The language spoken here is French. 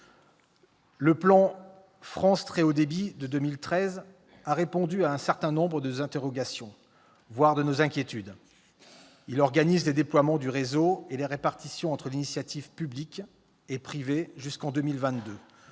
Le plan France très haut débit, lancé en 2013, a répondu à un certain nombre de nos interrogations, voire de nos inquiétudes : il organise les déploiements du réseau et la répartition entre l'initiative publique et privée jusqu'en 2022,